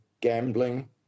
gambling